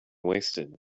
wasted